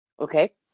Okay